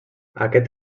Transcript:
aquest